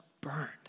burned